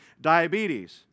diabetes